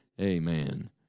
amen